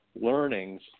learnings